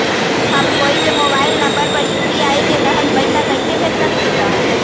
हम कोई के मोबाइल नंबर पर यू.पी.आई के तहत पईसा कईसे भेज सकली ह?